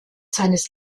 seines